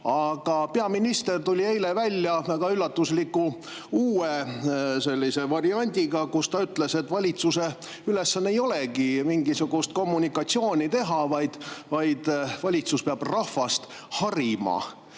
aga peaminister tuli eile välja väga üllatusliku uue variandiga, öeldes, et valitsuse ülesanne ei olegi mingisugust kommunikatsiooni teha, vaid valitsus peab rahvast harima.